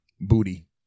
Booty